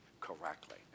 correctly